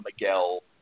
Miguel